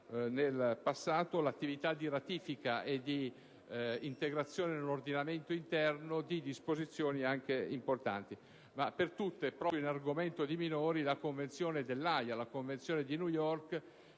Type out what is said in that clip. in passato l'attività di ratifica e di recepimento nell'ordinamento interno di disposizioni importanti. Per tutte ricordo, proprio in argomento di minori, la Convenzione dell'Aja e la Convenzione di New York